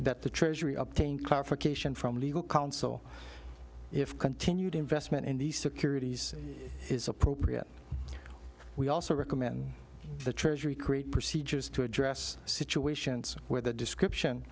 that the treasury up came clarification from legal counsel if continued investment in these securities is appropriate we also recommend the treasury create procedures to address situations where the description